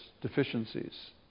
deficiencies